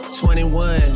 21